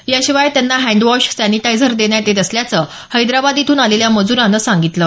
याशिवाय त्यांना handwash sanitizer देण्यात येत असल्याचं हैदराबाद इथून आलेल्या मजुरानं सांगितलं